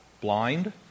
blind